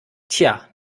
tja